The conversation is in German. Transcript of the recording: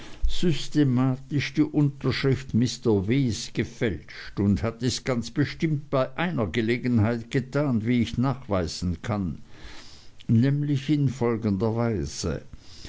systematisch die unterschrift mr w gefälscht und hat dies ganz bestimmt bei einer gelegenheit getan wie ich nachweisen kann nämlich in folgender weise